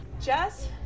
Jess